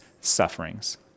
sufferings